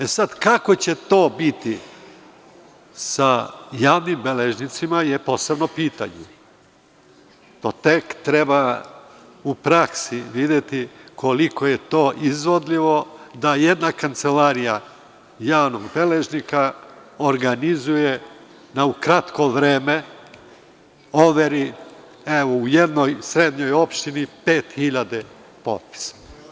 E, sad kako će to biti sa javnim beležnicima je posebno pitanje, to tek treba u praksi videti koliko je to izvodljivo da jedna kancelarija javnog beležnika organizuje za kratko vreme overi, evo u jednoj opštini pet hiljade potpisa.